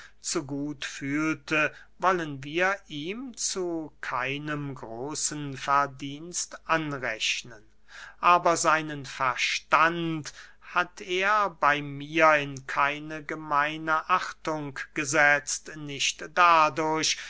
zu gut fühlte wollen wir ihm zu keinem großen verdienst anrechnen aber seinen verstand hat er bey mir in keine gemeine achtung gesetzt nicht dadurch